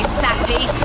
sappy